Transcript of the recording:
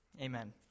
Amen